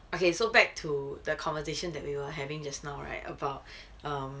okay so back to the conversation that we were having just now right about um